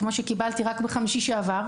כמו שקיבלתי ביום חמישי שעבר,